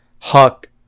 huck